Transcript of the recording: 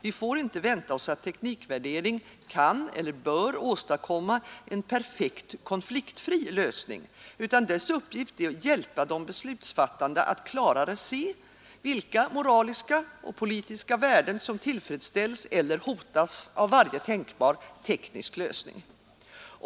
Vi får inte vänta oss att teknikvärdering kan eller bör åstadkomma en perfekt, konfliktfri lösning, utan dess uppgift är att hjälpa de beslutsfattande att klarare se vilka moraliska och politiska värden som tillfredsställs eller hotas av varje tänkbar teknisk lösning.